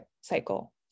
cycle